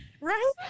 Right